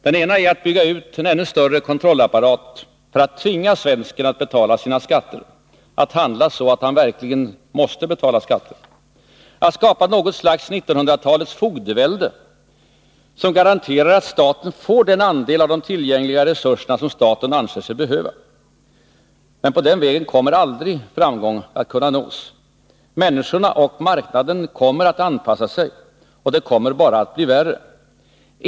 Den ena är att bygga ut en ännu större kontrollapparat för att tvinga svensken att betala sina skatter, att handla så att han verkligen måste betala skatterna, att skapa något slags 1900-talets fogdevälde, som garanterar att staten får den andel av de tillgängliga resurserna som staten anser sig behöva. Men på den vägen kommer aldrig framgång att kunna nås. Människorna och marknaden kommer att anpassa sig. Det kommer bara att bli värre.